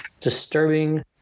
disturbing